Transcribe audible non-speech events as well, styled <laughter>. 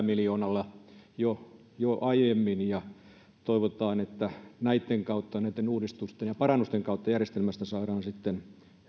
<unintelligible> miljoonalla jo jo aiemmin toivotaan että näitten uudistusten ja parannusten kautta järjestelmästä saadaan sitten